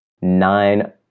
nine